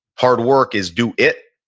hard work is do it,